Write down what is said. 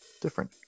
different